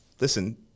listen